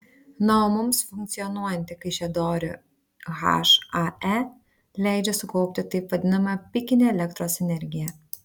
na o mums funkcionuojanti kaišiadorių hae leidžia sukaupti taip vadinamą pikinę elektros energiją